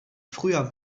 früher